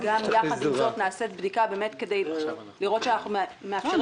יחד עם זאת נעשית בדיקה כדי לראות שאנחנו מאפשרים